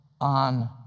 on